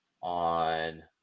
on